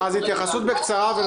לכן,